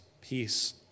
peace